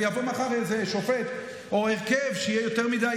יבוא מחר איזה שופט או הרכב שיהיה יותר מדי